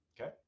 Okay